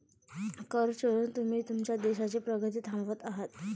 कर चोरून तुम्ही तुमच्या देशाची प्रगती थांबवत आहात